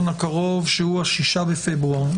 הקרוב, 6 בפברואר.